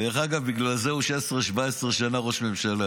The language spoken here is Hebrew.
דרך אגב, בגלל זה הוא 16, 17 שנה ראש ממשלה.